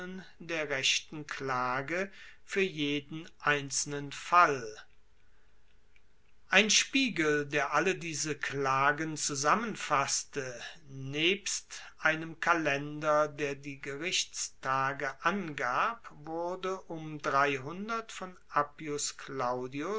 der rechten klage fuer jeden einzelnen fall ein spiegel der all diese klagen zusammenfasste nebst einem kalender der die gerichtstage angab wurde um von appius claudius